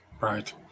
Right